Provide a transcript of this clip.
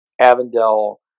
Avondale